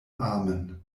amen